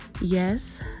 Yes